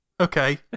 Okay